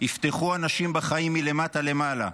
יפתחו אנשים בחיים מלמטה למעלה,